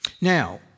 Now